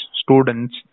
students